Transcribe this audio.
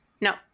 no